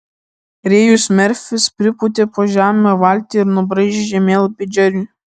rėjus merfis pripūtė po žeme valtį ir nubraižė žemėlapį džeriui